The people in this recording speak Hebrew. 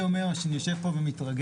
שנים,